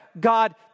God